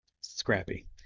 Scrappy